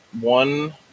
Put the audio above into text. one